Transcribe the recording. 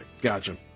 Gotcha